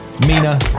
Mina